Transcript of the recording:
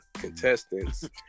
contestants